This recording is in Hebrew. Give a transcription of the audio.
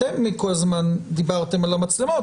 אתם כל זמן דיברתם על המצלמות,